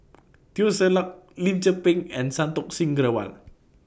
Teo Ser Luck Lim Tze Peng and Santokh Singh Grewal